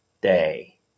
day